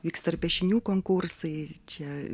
vyksta ir piešinių konkursai čia